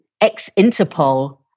ex-Interpol